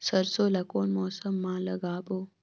सरसो ला कोन मौसम मा लागबो?